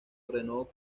ordenó